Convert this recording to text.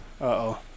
uh-oh